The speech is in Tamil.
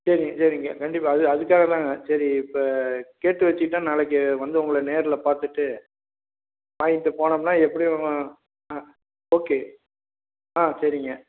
சரிங்க சரிங்க கண்டிப்பாக அது அதுக்காக தாங்க சரி இப்போ கேட்டு வச்சுக்கிட்டா நாளைக்கு வந்து உங்களை நேரில் பார்த்துட்டு வாங்கிட்டு போனோம்னால் எப்படியும் ஆ ஓகே ஆ சரிங்க